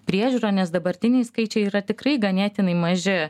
priežiūrą nes dabartiniai skaičiai yra tikrai ganėtinai maži